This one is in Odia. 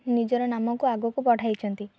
ନିଜର ନାମକୁ ଆଗକୁ ବଢ଼ାଇଛନ୍ତି